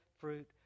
fruit